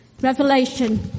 Revelation